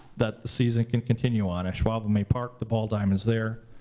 that the season can continue on. ashwaubomay park, the ball diamonds there,